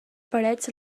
parets